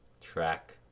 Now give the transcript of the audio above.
Track